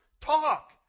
talk